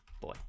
Boy